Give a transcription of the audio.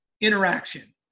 interaction